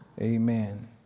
amen